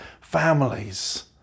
families